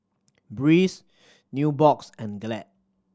Breeze Nubox and Glad